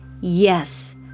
Yes